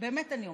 באמת אני אומר,